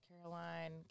Caroline